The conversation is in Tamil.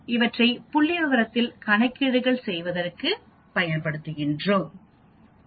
இவற்றை புள்ளிவிவரத்தில் கணக்கீடுகள் செய்வதற்கு பயன்படுத்துவோம்